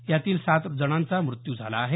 यातील सात जणांचा मृत्यू झाला आहे